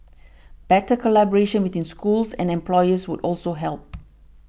better collaboration between schools and employers would also help